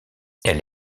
elle